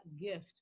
gift